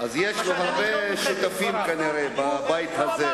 אז יש לו כנראה הרבה שותפים בבית הזה,